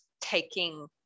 taking